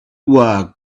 work